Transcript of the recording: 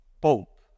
Pope